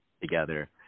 together